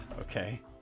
okay